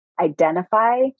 identify